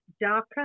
darker